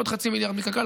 עוד 0.5 מיליארד מקק"ל,